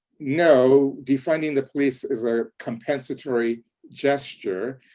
no, defending the police is a compensatory gesture.